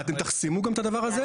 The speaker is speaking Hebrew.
אתם תחסמו גם את הדבר הזה.